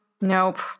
Nope